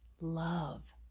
love